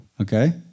Okay